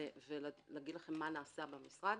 ולומר לכם מה נעשה במשרד.